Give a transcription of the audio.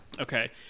Okay